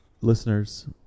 listeners